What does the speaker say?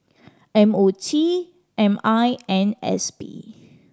M O T M I and S P